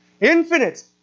Infinite